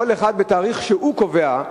כל אחד בתאריך שהוא קובע,